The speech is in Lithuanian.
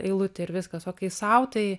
eilutę ir viskas o kai sau tai